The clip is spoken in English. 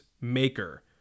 maker